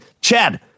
Chad